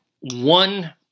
One